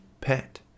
pet